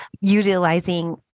utilizing